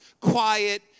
quiet